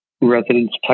residents